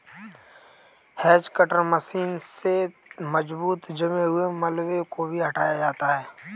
hedge cutter machine से मजबूत जमे हुए मलबे को भी हटाया जाता है